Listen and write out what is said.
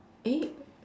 eh